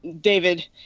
David